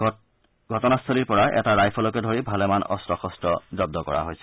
সংঘৰ্ষস্থলীৰ পৰা এটা ৰাইফলকে ধৰি ভালেমান অস্ত্ৰ শস্ত্ৰ জন্দ কৰা হৈছে